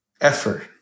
effort